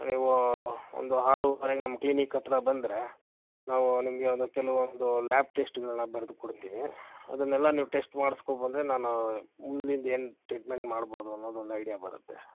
ನೀವು ಒಂದು ಆರೂವರೆಗೆ ನಮ್ಮ ಕ್ಲಿನಿಕ್ ಹತ್ತಿರ ಬಂದ್ರೆ ನಾವು ನಿಮಗೆ ಒಂದು ಕೆಲವೊಂದು ಲ್ಯಾಬ್ ಟೆಸ್ಟ್ಗಳನ್ನ ಬರ್ದು ಕೊಡ್ತೀವಿ ಅದನ್ನೆಲ್ಲ ನೀವು ಟೆಸ್ಟ್ ಮಾಡಿಸ್ಕೋ ಬಂದರೆ ನಾನು ಮುಂದಿನ ಏನು ಟ್ರೀಟ್ಮೆಂಟ್ ಮಾಡ್ಬೋದು ಅನ್ನೋದು ಒಂದು ಐಡಿಯಾ ಬರುತ್ತೆ